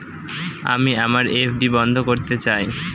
আমি আমার এফ.ডি বন্ধ করতে চাই